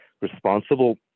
responsible